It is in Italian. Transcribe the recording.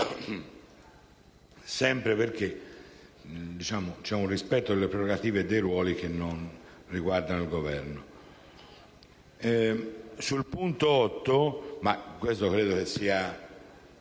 (sempre perché c'è un rispetto delle prerogative e dei ruoli che non riguardano il Governo). Il punto 8) del dispositivo, che credo